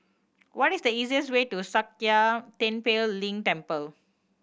what is the easiest way to Sakya Tenphel Ling Temple